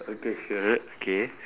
okay sure okay